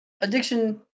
Addiction